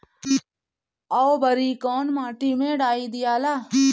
औवरी कौन माटी मे डाई दियाला?